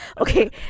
okay